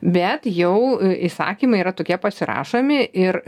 bet jau įsakymai yra tokie pasirašomi ir